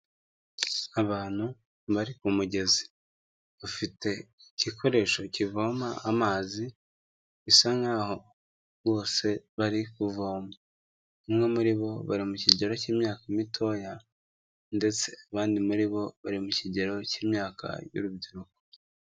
Abantu bari ku mugezi, bafite igikoresho kivoma amazi, bisa nkaho bose bari kuvoma, bamwe muri bo bari mu kigero cy'imyaka mitoya ndetse abandi muri bo bari mu kigero cy'imyaka y'urubyiruko.